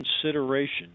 consideration